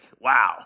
wow